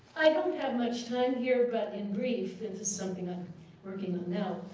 i don't have much time here, but in brief, this is something i'm working on now.